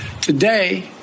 Today